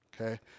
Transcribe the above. okay